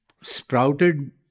sprouted